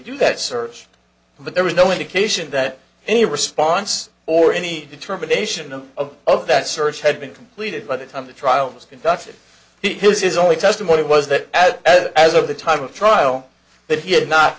do that search but there was no indication that any response or any determination of of of that search had been completed by the time the trial was conducted he was his only testimony was that as of the time of trial that he had not